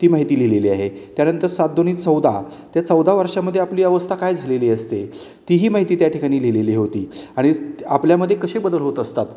ती माहिती लिहिलेली आहे त्यानंतर सात दोन्ही चौदा त्या चौदा वर्षामध्ये आपली अवस्था काय झालेली असते ती ही माहिती त्या ठिकाणी लिहिलेली होती आणि आपल्यामध्ये कसे बदल होत असतात